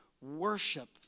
worship